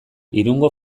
irungo